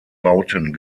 bauten